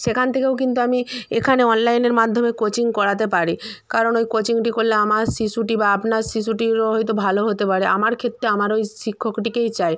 সেখান থেকেও কিন্তু আমি এখানে অনলাইনের মাধ্যমে কোচিং করাতে পারি কারণ ওই কোচিংটি করলে আমার শিশুটি বা আপনার শিশুটিরও হয়তো ভালো হতে পারে আমার ক্ষেত্তে আমার ওই শিক্ষকটিকেই চাই